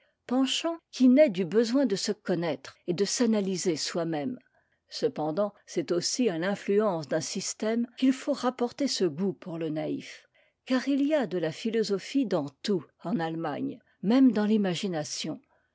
penchant qui naît du besoin de se conna re et de s'analyser soi-même cependant c'est aussi à l'influence d'un système qu'il faut rapporter ce goût pour ie naïf car il y a de la philosophie dans tout en allemagne même dans